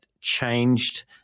changed